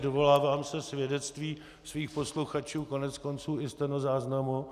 Dovolávám se svědectví svých posluchačů a koneckonců i stenozáznamu.